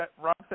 Rob